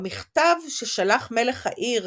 במכתב ששלח מלך העיר